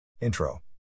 Intro